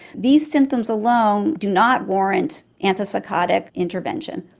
these symptoms alone do not warrant antipsychotic intervention.